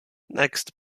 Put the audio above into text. next